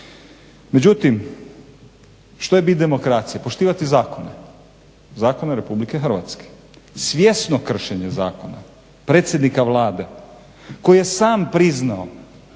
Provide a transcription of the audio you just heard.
Međutim što je bit demokracije? Poštivati zakone, zakone Republike Hrvatske. Svjesno kršenje zakona predsjednika Vlade, koji je sam priznao